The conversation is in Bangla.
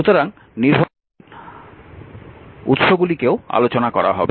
সুতরাং নির্ভরশীল উৎসগুলিকেও আলোচনা করা হবে